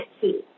see